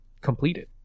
completed